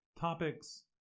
topics